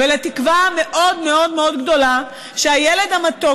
ולתקווה המאוד-מאוד גדולה שהילד המתוק